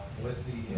with the